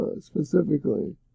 specifically